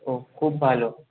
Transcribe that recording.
ও খুব ভালো